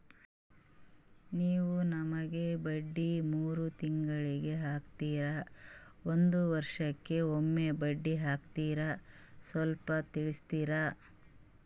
ನೀವು ನಮಗೆ ಬಡ್ಡಿ ಮೂರು ತಿಂಗಳಿಗೆ ಹಾಕ್ತಿರಾ, ಒಂದ್ ವರ್ಷಕ್ಕೆ ಒಮ್ಮೆ ಬಡ್ಡಿ ಹಾಕ್ತಿರಾ ಸ್ವಲ್ಪ ತಿಳಿಸ್ತೀರ?